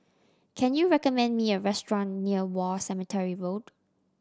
can you recommend me a restaurant near War Cemetery Road